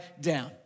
down